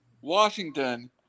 Washington